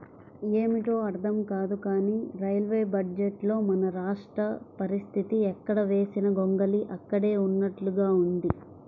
ఏమిటో అర్థం కాదు కానీ రైల్వే బడ్జెట్లో మన రాష్ట్ర పరిస్తితి ఎక్కడ వేసిన గొంగళి అక్కడే ఉన్నట్లుగా ఉంది